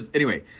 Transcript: anyway.